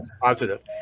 Positive